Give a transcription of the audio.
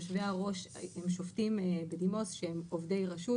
יושבי הראש הם שופטים בדימוס שהם עובדי רשות.